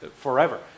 Forever